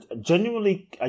genuinely